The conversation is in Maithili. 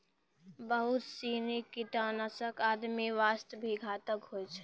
बहुत सीनी कीटनाशक आदमी वास्तॅ भी घातक होय छै